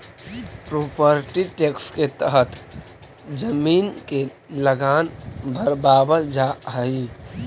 property tax के तहत जमीन के लगान भरवावल जा हई